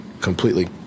completely